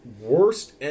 Worst